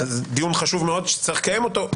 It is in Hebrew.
זה דיון חשוב מאוד שצריך לקיים אותו,